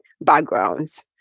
backgrounds